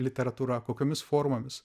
literatūra kokiomis formomis